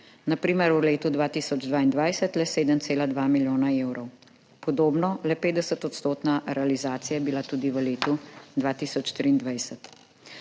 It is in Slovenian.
na primer v letu 2022 le 7,2 milijona evrov. Podobna, le 50-odstotna, realizacija je bila tudi v letu 2023,